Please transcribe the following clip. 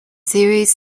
series